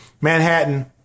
Manhattan